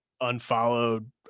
unfollowed